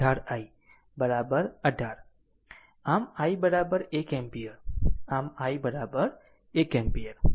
આમ i 1 ampere આમ i 1 ampere